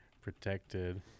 protected